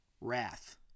wrath